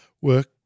work